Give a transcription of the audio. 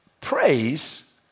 praise